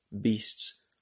beasts